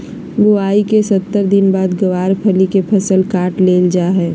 बुआई के सत्तर दिन बाद गँवार फली के फसल काट लेल जा हय